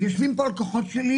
אתה רוצה